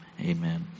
Amen